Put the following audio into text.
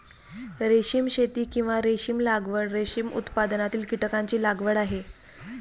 रेशीम शेती, किंवा रेशीम लागवड, रेशीम उत्पादनातील कीटकांची लागवड आहे